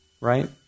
right